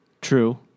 true